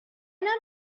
not